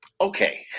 okay